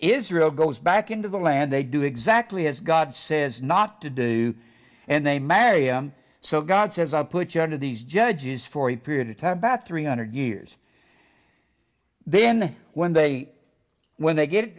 israel goes back into the land they do exactly as god says not to do and they mad so god says i put you under these judges for a period of time back three hundred years then when they when they get